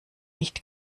nicht